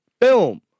boom